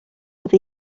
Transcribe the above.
would